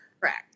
Correct